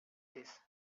this